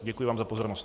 Děkuji vám za pozornost.